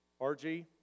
RG